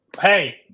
Hey